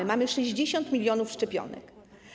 A mamy 60 mln szczepionek.